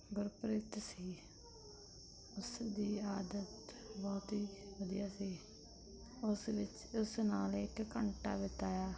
ਗੁਰਪ੍ਰੀਤ ਸੀ ਉਸ ਦੀ ਆਦਤ ਬਹੁਤ ਹੀ ਵਧੀਆ ਸੀ ਉਸ ਵਿੱਚ ਉਸ ਨਾਲ ਇੱਕ ਘੰਟਾ ਬਿਤਾਇਆ